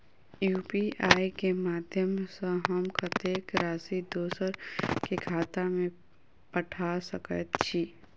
UPI केँ माध्यम सँ हम कत्तेक राशि दोसर केँ खाता मे पठा सकैत छी?